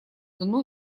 дону